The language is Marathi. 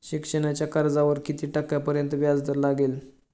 शिक्षणाच्या कर्जावर किती टक्क्यांपर्यंत व्याजदर लागेल?